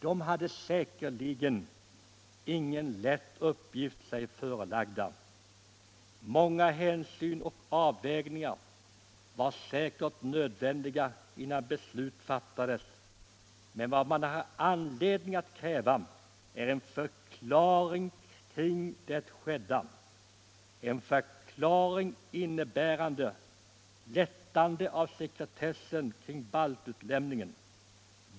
De hade säkerligen ingen lätt uppgift sig förelagd. Många hänsyn och avvägningar var säkert nödvändiga innan beslut fattades, men vad man har anledning att kräva är en förklaring till det skedda, en förklaring innebärande lättande av sekretessen kring baltutlämningen.